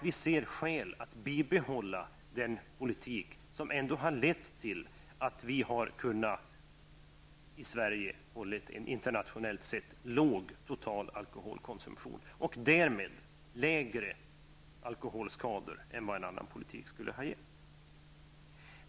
Vi ser skäl att bibehålla den politik som ändå har lett till att vi i Sverige har kunnat hålla en internationellt sett låg total alkoholkonsumtion och därmed fått färre alkoholskador än vad en annan politik skulle ha inneburit.